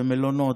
במלונות,